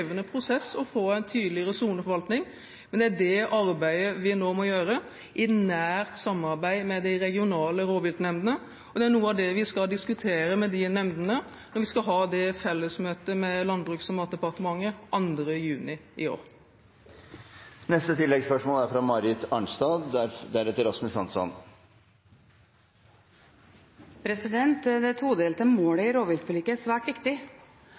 prosess å få en tydeligere soneforvaltning, men det er det arbeidet vi nå må gjøre i nært samarbeid med de regionale rovviltnemndene. Det er noe av det vi skal diskutere med de nemndene når vi skal ha det fellesmøtet med Landbruks- og matdepartementet 2. juni i år. Marit Arnstad – til oppfølgingsspørsmål. Det todelte målet i rovviltforliket er svært viktig.